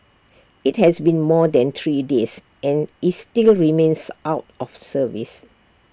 IT has been more than three days and is still remains out of service